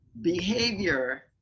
Behavior